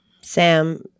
Sam